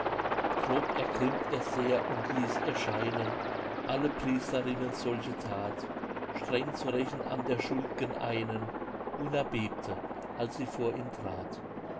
drob ergrimmt er sehr und ließ erscheinen alle priesterinnen solche that streng zu rächen an der schuld'gen einen wunna bebte als sie vor ihn trat